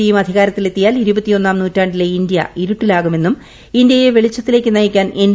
ഡിയും അധികാരത്തിലെത്തിയാൽ ഇരുപത്തിയൊന്നാം നൂറ്റാണ്ടിലെ ഇന്ത്യ ഇരുട്ടിലാകുമെന്നും ഇന്ത്യയെ വെളിച്ചത്തിലേക്ക് നയിക്കാൻ എൻ